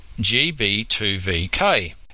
GB2VK